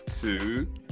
two